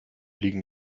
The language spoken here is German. liegen